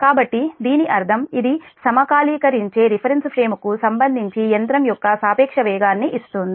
కాబట్టి దీని అర్థం ఇది సమకాలీకరించే రిఫరెన్స్ ఫ్రేమ్కు సంబంధించి యంత్రం యొక్క సాపేక్ష వేగాన్ని ఇస్తుంది